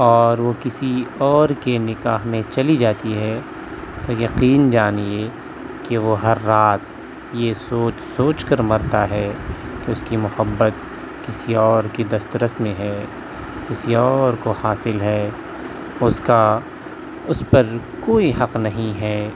اور وہ کسی اور کے نکاح میں چلی جاتی ہے تو یقین جانیے کہ وہ ہر رات یہ سوچ سوچ کر مرتا ہے کہ اس کی محبت کسی اور کی دسترس میں ہے کسی اور کو حاصل ہے اس کا اس پر کوئی حق نہیں ہے